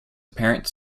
apparent